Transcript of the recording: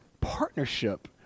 partnership